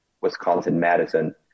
Wisconsin-Madison